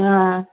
आं